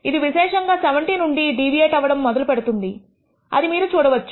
ఇది విశేషంగా 70 నుండి డీవియేట్ అవడము మొదలు పెడుతుంది అది మీరు చూడవచ్చు